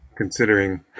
Considering